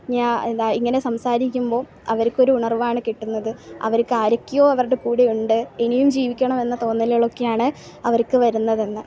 ഞാ എന്താ ഇങ്ങനെ സംസാരിക്കുമ്പോൾ അവർക്കൊരു ഉണർവ്വാണ് കിട്ടുന്നത് അവർക്ക് ആരൊക്കെയോ അവരുടെ കൂടെ ഉണ്ട് ഇനിയും ജീവിക്കണം എന്ന തോന്നലുകളൊക്കെയാണ് അവർക്ക് വരുന്നതെന്ന്